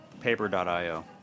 paper.io